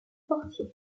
portier